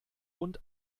und